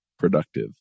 productive